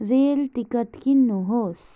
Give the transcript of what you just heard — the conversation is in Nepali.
रेल टिकट किन्नुहोस्